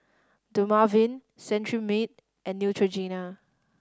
Dermaveen Cetrimide and Neutrogena